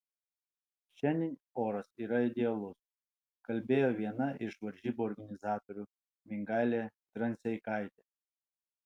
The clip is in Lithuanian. šiandien oras yra idealus kalbėjo viena iš varžybų organizatorių mingailė dranseikaitė